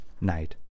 night